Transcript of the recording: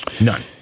None